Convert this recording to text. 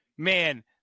Man